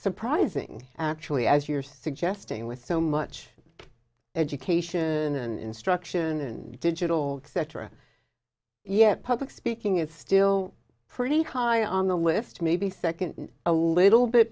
surprising actually as you're suggesting with so much education and instruction and digital cetera yet public speaking is still pretty high on the lift maybe second a little bit